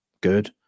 good